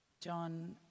John